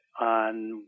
on